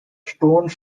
stone